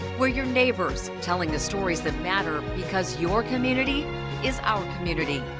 we're your neighbors telling the stories that matter because your community is our community.